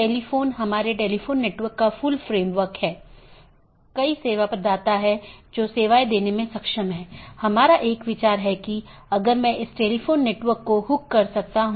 autonomous system संगठन द्वारा नियंत्रित एक इंटरनेटवर्क होता है